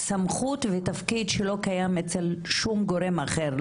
סמכות ותפקיד שלא קיים אצל שום גורם אחר,